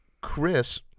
Chris